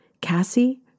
Cassie